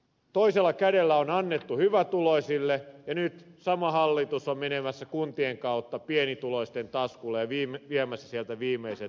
toisella kädellä on annettu hyvätuloisille ja nyt sama hallitus on menemässä kuntien kautta pienituloisten taskuille ja viemässä sieltä viimeiset roposetkin